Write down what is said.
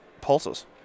pulses